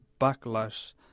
backlash